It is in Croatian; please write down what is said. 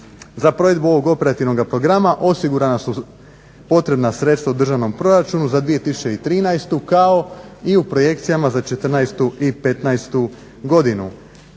Za provedbu ovog operativnog programa osigurana su potrebna sredstva u državnom proračunu za 2013., kao i u projekcijama za 2014. i 2015. godinu.